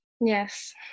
Yes